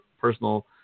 Personal